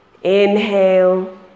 Inhale